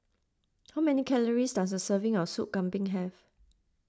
how many calories does a serving of Soup Kambing have